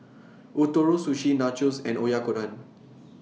Ootoro Sushi Nachos and Oyakodon